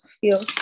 feel